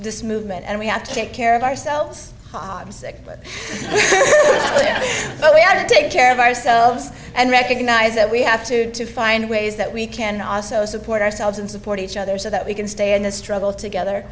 this movement and we have to take care of ourselves but we had to take care of ourselves and recognize that we have to find ways that we can also support ourselves and support each other so that we can stay in this struggle together